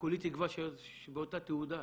כולי תקווה שבאותה תהודה,